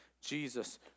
Jesus